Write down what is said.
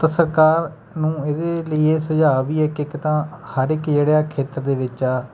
ਤਾਂ ਸਰਕਾਰ ਨੂੰ ਇਹਦੇ ਲਈ ਇਹ ਸੁਝਾਅ ਵੀ ਹੈ ਕਿ ਇੱਕ ਤਾਂ ਹਰ ਇੱਕ ਜਿਹੜਾ ਖੇਤਰ ਦੇ ਵਿੱਚ